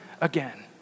again